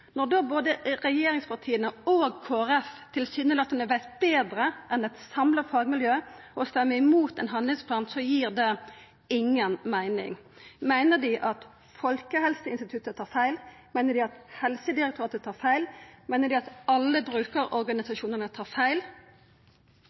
Når da både regjeringspartia og Kristeleg Folkeparti tilsynelatande veit betre enn eit samla fagmiljø og stemmer imot ein handlingsplan, gir det inga meining. Meiner dei at Folkehelseinstituttet tar feil? Meiner dei at Helsedirektoratet tar feil? Meiner dei at alle